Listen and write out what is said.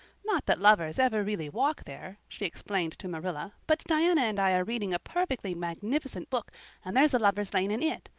not that lovers ever really walk there, she explained to marilla, but diana and i are reading a perfectly magnificent book and there's a lover's lane in it.